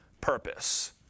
purpose